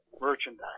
merchandise